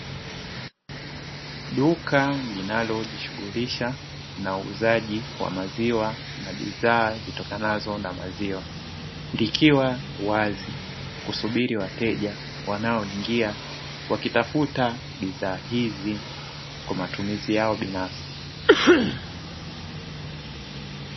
Duka linalojishughulisha na uuzaji wa maziwa na bidhaa zitokanazo na maziwa, likiwa wazi kusubiria wateja wanaoingia wakitafuta bidhaa hizi kwa matumizi yao binafsi.